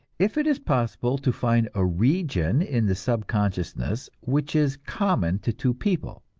if it is possible to find a region in the subconsciousness which is common to two people,